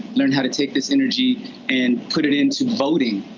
learn how to take this energy and put it into voting,